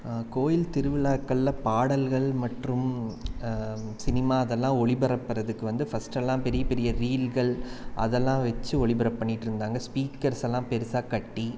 கோயில் திருவிழாக்கள்ல பாடல்கள் மற்றும் சினிமா அதெல்லாம் ஒளிபரப்பறதுக்கு வந்து ஃபஸ்ட்டெல்லாம் பெரிய பெரிய ரீல்கள் அதெல்லாம் வச்சு ஒளிபரப்பு பண்ணிட்டிருந்தாங்க ஸ்பீகர்ஸ் எல்லாம் பெரிசா கட்டி